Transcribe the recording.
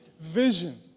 vision